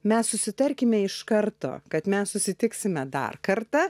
mes susitarkime iš karto kad mes susitiksime dar kartą